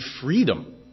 freedom